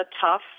tough